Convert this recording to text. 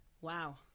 Wow